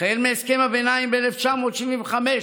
מהסכם הביניים ב-1975,